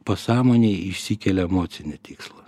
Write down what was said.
pasąmonėj išsikelia emocinį tikslą